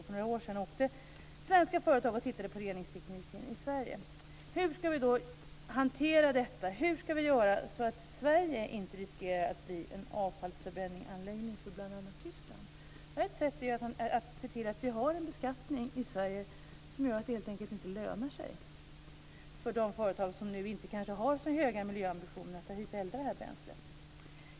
För några år sedan åkte svenska företag och tittade på reningstekniken där. Hur skall vi då hantera detta? Hur skall vi göra för att Sverige inte skall riskera att bli en avfallsförbränningsanläggning för bl.a. Tyskland? Ett sätt är ju att se till att vi har en beskattning i Sverige som gör att det helt enkelt inte lönar sig för de företag som nu inte kanske har så höga miljöambitioner att ta hit och elda detta bränsle.